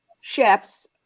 chefs